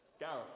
Gareth